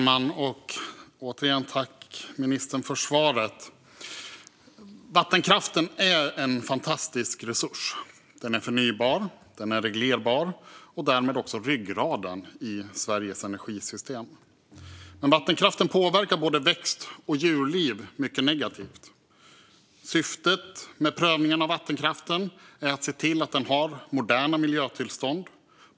Fru talman! Jag tackar ministern för svaret. Vattenkraften är en fantastisk resurs. Den är förnybar och reglerbar och är därmed också ryggraden i Sveriges energisystem. Men vattenkraften påverkar både växt och djurliv mycket negativt. Syftet med prövningen av vattenkraften är att se till att den har moderna miljötillstånd.